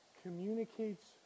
communicates